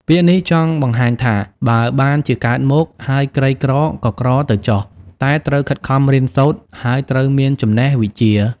ពាក្យនេះចង់បង្ហាញថា បើបានជាកើតមក ហើយក្រីក្រក៏ក្រទៅចុះ តែត្រូវខិតខំរៀនសូត្រ ហើយត្រូវមានចំណេះវិជ្ជា ។